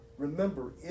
Remember